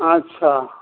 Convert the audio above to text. अच्छा